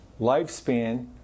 lifespan